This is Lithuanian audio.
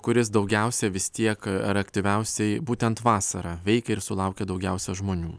kuris daugiausiai vis tiek ar aktyviausiai būtent vasarą veikia ir sulaukia daugiausiai žmonių